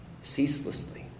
ceaselessly